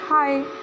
Hi